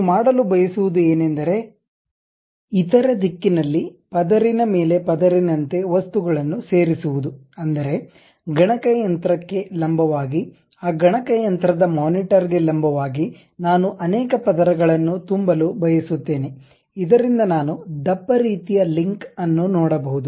ನಾನು ಮಾಡಲು ಬಯಸುವುದು ಏನೆಂದರೆ ಇತರ ದಿಕ್ಕಿನಲ್ಲಿ ಪದರಿನ ಮೇಲೆ ಪದರಿನಂತೆ ವಸ್ತುಗಳನ್ನು ಸೇರಿಸುವುದು ಅಂದರೆ ಗಣಕಯಂತ್ರ ಕ್ಕೆ ಲಂಬವಾಗಿ ಆ ಗಣಕಯಂತ್ರದ ಮಾನಿಟರ್ ಗೆ ಲಂಬವಾಗಿ ನಾನು ಅನೇಕ ಪದರಗಳನ್ನು ತುಂಬಲು ಬಯಸುತ್ತೇನೆ ಇದರಿಂದ ನಾನು ದಪ್ಪ ರೀತಿಯ ಲಿಂಕ್ ಅನ್ನು ನೋಡಬಹುದು